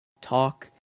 talk